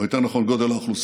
או יותר נכון גודל האוכלוסייה,